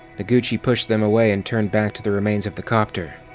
noguchi pushed them away and turned back to the remains of the copter.